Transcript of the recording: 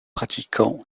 pratiquant